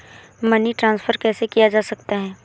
Money transfer कैसे किया जा सकता है?